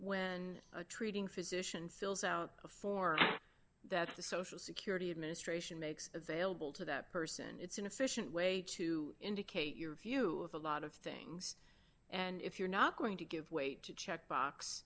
when a treating physician fills out a form that the social security administration makes available to that person it's an efficient way to indicate your view of a lot of things and if you're not going to give weight to checkbox